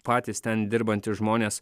patys ten dirbantys žmonės